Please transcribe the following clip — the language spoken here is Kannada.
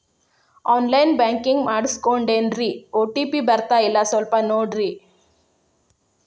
ಆನ್ ಲೈನ್ ಬ್ಯಾಂಕಿಂಗ್ ಮಾಡಿಸ್ಕೊಂಡೇನ್ರಿ ಓ.ಟಿ.ಪಿ ಬರ್ತಾಯಿಲ್ಲ ಸ್ವಲ್ಪ ನೋಡ್ರಿ